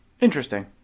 Interesting